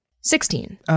Sixteen